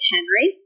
Henry